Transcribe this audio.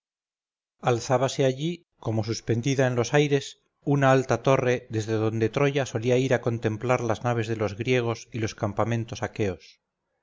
mano alzábase allí como suspendida en los aires una alta torre desde donde troya solía ir a contemplar las naves de los griegos y los campamentos aqueos